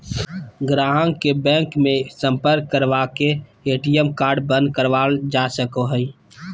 गाहक के बैंक मे सम्पर्क करवा के ए.टी.एम कार्ड बंद करावल जा सको हय